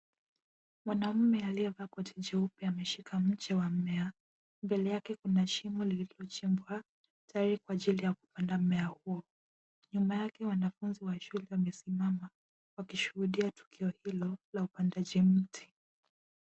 Mwanaume aliyevaa koti jeupe ameshika mche wa mmea. Mbele yake kuna shimo lililochibmwa, tayari kwa ajili ya kupanda mmea huo. Nyuma yake wanafunzi wa shule wamesimama wakishuhudia tukio hilo la upandaji mti.